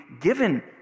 given